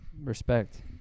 respect